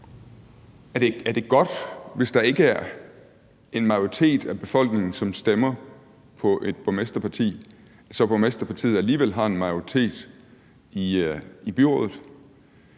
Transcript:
Er det godt, hvis der ikke er en majoritet af befolkningen, som stemmer på et borgmesterparti, men at borgmesterpartiet alligevel har en majoritet i byrådet